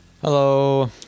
Hello